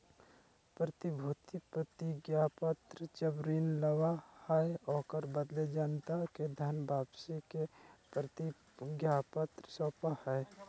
प्रतिभूति प्रतिज्ञापत्र जब ऋण लाबा हइ, ओकरा बदले जनता के धन वापसी के प्रतिज्ञापत्र सौपा हइ